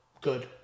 good